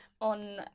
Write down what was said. on